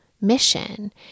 mission